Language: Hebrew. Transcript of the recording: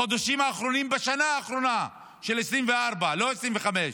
בחודשים האחרונים, בשנה האחרונה, 2024, לא 2025,